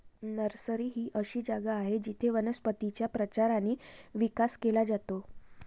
nursery ही अशी जागा आहे जिथे वनस्पतींचा प्रचार आणि विकास केला जातो